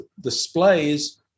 displays